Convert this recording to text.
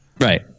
right